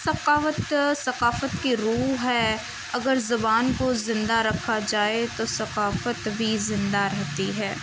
ثقافت ثقافت کی روح ہے اگر زبان کو زندہ رکھا جائے تو ثقافت بھی زندہ رہتی ہے